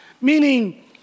Meaning